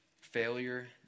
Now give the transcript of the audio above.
Failure